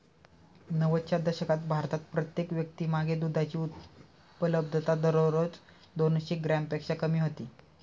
नव्वदच्या दशकात भारतात प्रत्येक व्यक्तीमागे दुधाची उपलब्धता दररोज दोनशे ग्रॅमपेक्षा कमी होती